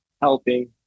helping